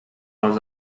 els